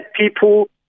people